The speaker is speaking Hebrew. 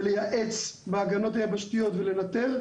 ולייעץ ולנטר ביבשה.